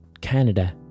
Canada